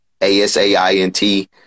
A-S-A-I-N-T